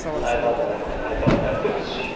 i love that one. i thought that was